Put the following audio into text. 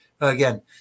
again